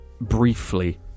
briefly